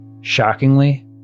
shockingly